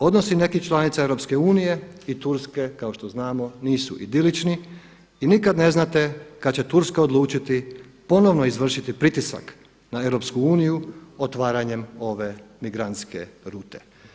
Odnosi nekih članica EU i Turske kao što znamo nisu idilični i nikad ne znate kada će Turska odlučiti ponovno izvršiti pritisak na EU otvaranjem ove migrantske rute.